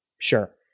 Sure